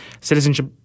citizenship